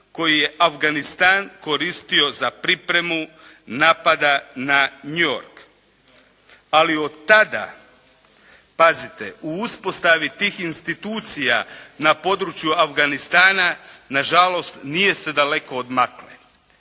koji je Afganistan koristio za pripremu napada na New York. Ali od tada, pazite u uspostavi tih institucija na području Afganistana nažalost nije se daleko odmaklo.